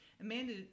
Amanda